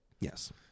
Yes